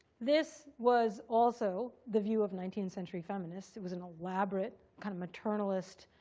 this was also the view of nineteenth century feminists. it was an elaborate, kind of maternalist,